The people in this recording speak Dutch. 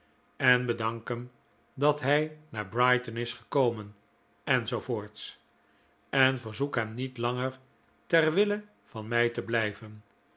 en bedank hem dat hij naar brighton is gekomen en zoo voort en verzoek hem niet langer ter wille van mij te blijven